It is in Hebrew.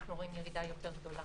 אנחנו רואים ירידה יותר גדולה.